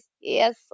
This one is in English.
Yes